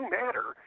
matter